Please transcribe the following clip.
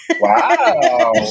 Wow